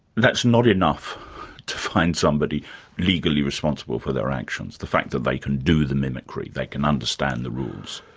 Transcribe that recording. that's not enough to find somebody legally responsible for their actions, the fact that they can do the mimicry, they can understand the rules?